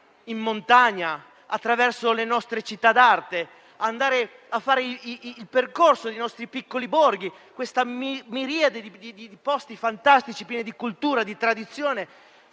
in montagna o nelle nostre città d'arte o fare il percorso dei nostri piccoli borghi, quella miriade di posti fantastici pieni di cultura e di tradizione